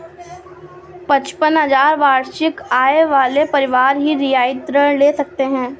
पचपन हजार वार्षिक आय वाले परिवार ही रियायती ऋण ले सकते हैं